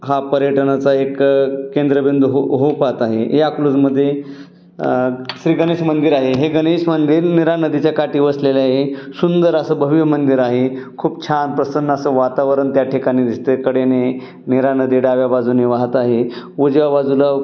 हा पर्यटनाचा एक केंद्रबिंदू हो होऊ पहात आहे या अकलूजमध्ये श्री गणेश मंदिर आहे हे गणेश मंदिर निरा नदीच्या काठी बसलेले आहे सुंदर असं भव्य मंदिर आहे खूप छान प्रसन्न असं वातावरण त्या ठिकाणी दिसते कडेने निरा नदी डाव्या बाजूने वाहत आहे उजव्या बाजूला